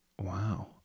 Wow